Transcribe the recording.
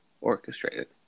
orchestrated